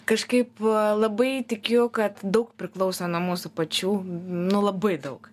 kažkaip labai tikiu kad daug priklauso nuo mūsų pačių nu labai daug